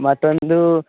ಮತ್ತೊಂದು